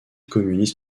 communiste